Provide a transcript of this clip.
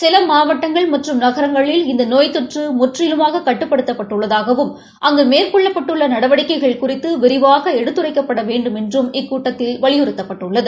சில மாவட்டங்கள் மற்றும் நகரங்களில் இந்த நோய் தொற்று முற்றிலுமாக கட்டுப்படுத்தப்பட்டுள்ளதாகவும் அங்கு மேற்கொள்ளப்பட்டுள்ள நடவடிக்கைககள் குறித்து விரிவாக எடுத்துரைக்கப்பட வேண்டுமென்றும் இக்கூட்டத்தில் வலியுறுத்தப்பட்டுள்ளது